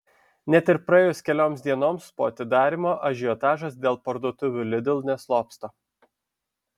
net ir praėjus kelioms dienoms po atidarymo ažiotažas dėl parduotuvių lidl neslopsta